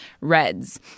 reds